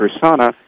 persona